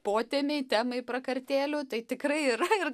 potemei temai prakartėlių tai tikrai yra ir